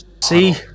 See